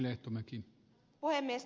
arvoisa puhemies